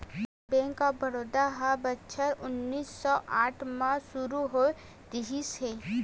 bank of Baroda ह बछर उन्नीस सौ आठ म सुरू होए रिहिस हे